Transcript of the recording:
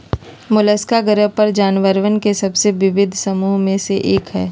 Mollusca ग्रह पर जानवरवन के सबसे विविध समूहन में से एक हई